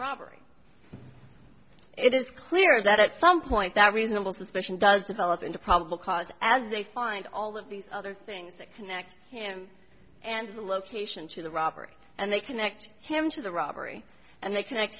robbery it is clear that at some point that reasonable suspicion does develop into probable cause as they find all of these other things that connect him and the location to the robbery and they connect him to the robbery and they connect